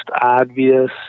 obvious